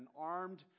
armed